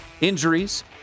injuries